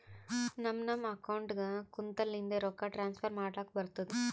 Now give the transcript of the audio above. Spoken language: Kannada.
ನಮ್ ನಮ್ ಅಕೌಂಟ್ಗ ಕುಂತ್ತಲಿಂದೆ ರೊಕ್ಕಾ ಟ್ರಾನ್ಸ್ಫರ್ ಮಾಡ್ಲಕ್ ಬರ್ತುದ್